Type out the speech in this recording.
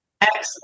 Excellent